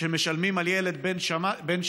שמשלמים על ילד בן שנה,